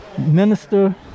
Minister